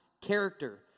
character